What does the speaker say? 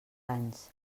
anys